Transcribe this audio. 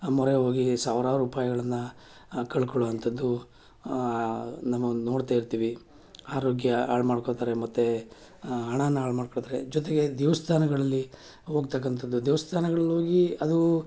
ಮೊರೆ ಹೋಗಿ ಸಾವಿರಾರು ರೂಪಾಯಿಗಳನ್ನು ಕಳ್ಕೊಳ್ಳುವಂಥದ್ದು ನಮ್ಮ ನೋಡ್ತಾಯಿರ್ತೀವಿ ಆರೋಗ್ಯ ಹಾಳು ಮಾಡ್ಕೊಳ್ತಾರೆ ಮತ್ತು ಹಣನ ಹಾಳು ಮಾಡ್ಕೊಳ್ತಾರೆ ಜೊತೆಗೆ ದೇವಸ್ಥಾನಗಳಲ್ಲಿ ಹೋಗ್ತಕ್ಕಂಥದ್ದು ದೇವಸ್ಥಾನಗಳಲ್ಲೋಗಿ ಅದೂ